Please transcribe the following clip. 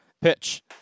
Pitch